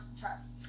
trust